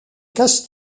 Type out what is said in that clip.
casse